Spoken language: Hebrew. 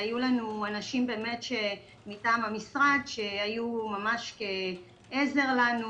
היו לנו אנשים מטעם המשרד שהיו ממש כעזר לנו,